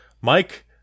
Mike